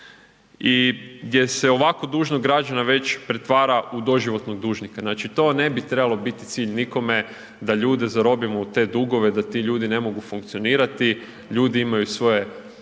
I gdje se ovako dužnog građanina već pretvara u doživotnog dužnika. Znači to ne bi trebalo biti cilj nikome da ljude zarobio u te dugove, da ti ljudi ne mogu funkcionirati. Ljudi imaju svoje